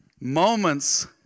Moments